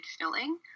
filling